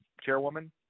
chairwoman